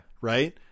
Right